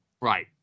Right